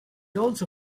also